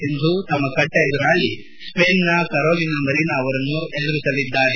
ಸಿಂಧು ತಮ್ಮ ಕಟ್ವಾ ಎದುರಾಳಿ ಸ್ಪೇನ್ನ ಕರೋಲಿನಾ ಮರಿನಾ ಅವರನ್ನು ಎದುರಿಸಲಿದ್ದಾರೆ